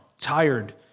tired